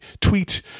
tweet